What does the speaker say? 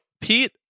Pete